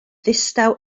ddistaw